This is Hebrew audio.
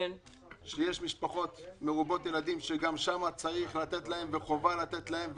יש משפחות מרובות ילדים שצריך לתת להן וחובה לתת להן.